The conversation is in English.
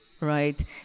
right